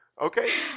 Okay